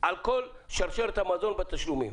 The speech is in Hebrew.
על כל שרשרת המזון בתשלומים?